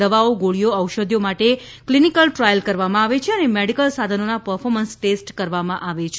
દવાઓ ગોળીઓ ઔષધિઓ માટે ક્લિનિકલ ટ્રાયલ કરવામાં આવે છે અને મેડિકલ સાધનોના પર્ફોર્મન્સ ટેસ્ટ કરવામાં આવે છે